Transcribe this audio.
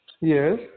yes